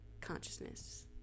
consciousness